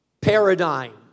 paradigm